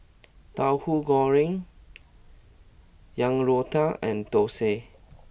Tauhu Goreng Yang Rou Tang and Thosai